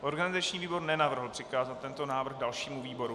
Organizační výbor nenavrhl přikázat tento návrh dalším výborům.